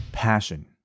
passion